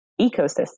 ecosystem